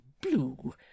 blue